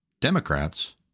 Democrats